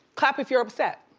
clap if you're upset.